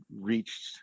reached